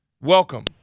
welcome